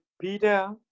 Peter